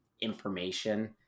information